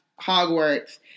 Hogwarts